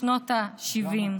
בשנות השבעים.